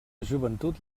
joventut